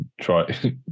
try